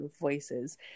voices